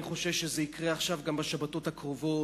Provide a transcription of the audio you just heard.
אני חושש שזה יקרה גם בשבועות הקרובים,